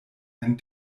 einen